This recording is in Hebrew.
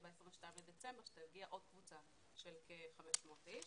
ב-22 בדצמבר שתגיע עוד קבוצה של כ-500 איש.